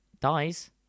Dies